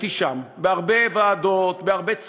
הייתי שם, בהרבה ועדות, בהרבה צוותים.